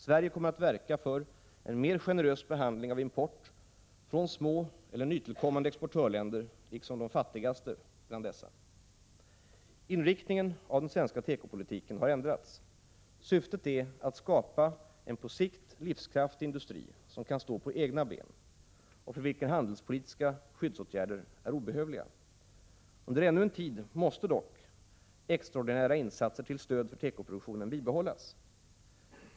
Sverige kommer att verka för en mer generös behandling av import från små eller nytillkommande exportörländer, liksom de fattigaste bland dessa. Inriktningen av den svenska tekopolitiken har ändrats. Syftet är att skapa en på sikt livskraftig industri som kan stå på egna ben, och för vilken handelspolitiska skyddsåtgärder är obehövliga. Under ännu en tid måste dock extraordinära insatser till stöd för tekoproduktionen bibehållas.